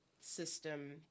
system